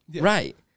Right